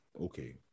Okay